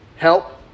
Help